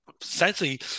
essentially